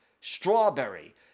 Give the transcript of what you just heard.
strawberry